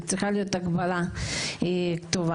צריכה להיות הגבלה טובה,